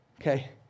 okay